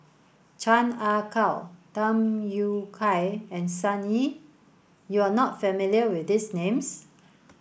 Chan Ah Kow Tham Yui Kai and Sun Yee you are not familiar with these names